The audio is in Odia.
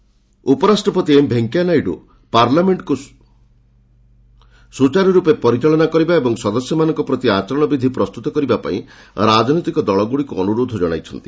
ଭିପି ଲୋକମତ ଉପରାଷ୍ଟ୍ରପତି ଏମ୍ ଭେଙ୍କେୟା ନାଇଡୁ ପାର୍ଲାମେଣ୍ଟକୁ ସୁଚାରୁରୂପେ ପରିଚାଳନା କରିବା ଏବଂ ସଦସ୍ୟମାନଙ୍କ ପ୍ରତି ଆଚରଣ ବିଧି ପ୍ରସ୍ତୁତ କରିବା ପାଇଁ ରାଜନୈତିକ ଦଳଗୁଡ଼ିକୁ ଅନୁରୋଧ ଜଣାଇଛନ୍ତି